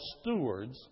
stewards